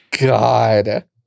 God